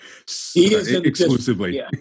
exclusively